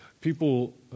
people